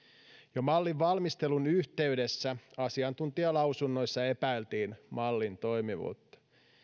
jo mallin valmistelun yhteydessä asiantuntijalausunnoissa epäiltiin mallin toimivuutta